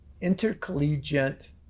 intercollegiate